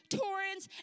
torrents